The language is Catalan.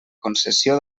concessió